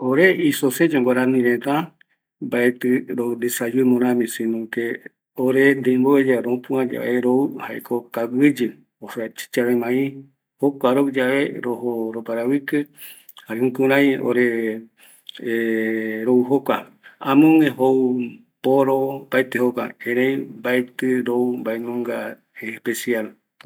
Ore isoseño guarani reta, mbaetɨ rou desayuno rari, si no que ore ndeimbove yae ropua yave rou kaguiyɨ, osea chicha de maiz, jokua rou yave rojo roparavɨkɨ, jare jukurai rou jokua, amogue jou poro,